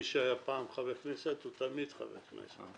מי שהיה פעם חבר כנסת הוא תמיד חבר כנסת.